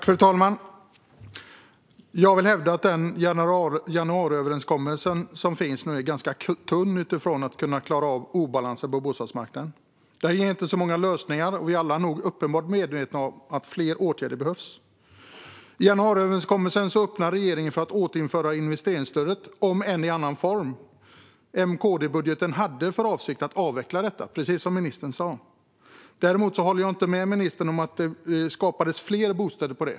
Fru talman! Jag vill hävda att den januariöverenskommelse som nu finns är ganska tunn när det gäller att klara av obalanser på bostadsmarknaden. Den ger inte så många lösningar, och vi är nog alla medvetna om att fler åtgärder behövs. I januariöverenskommelsen öppnar regeringen för att återinföra investeringsstödet, om än i annan form. I M-KD-budgeten fanns avsikten att avveckla detta, precis som ministern sa. Däremot håller jag inte med ministern om att stödet ledde till att det skapades fler bostäder.